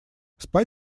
спать